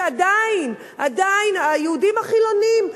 שעדיין, עדיין, היהודים החילונים.